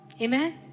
Amen